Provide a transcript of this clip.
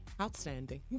Outstanding